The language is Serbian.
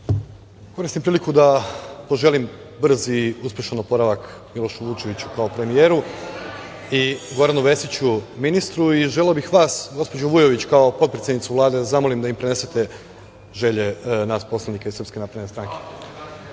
koristim priliku da poželim brz i uspešan oporavak Milošu Vučeviću kao premijeru i Goranu Vesiću, ministru i želeo bih vas, gospođo Vujović, kao potpredsednicu Vlade da zamolim da im prenesete želje nas poslanika iz SNS.Dame i